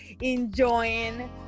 enjoying